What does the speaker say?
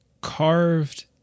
carved